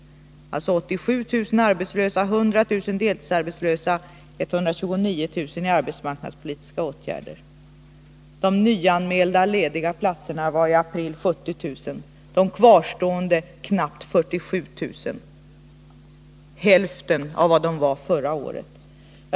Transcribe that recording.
Alltså 87 000 arbetslösa, 100 000 deltidsarbetslösa och 129 000 som är föremål för arbetsmarknadspolitiska åtgärder. De nyanmälda lediga platserna var i april 70 000, de kvarstående knappt 47 000 — hälften mot förra året.